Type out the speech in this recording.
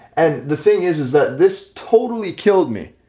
and the thing is, is that this totally killed me.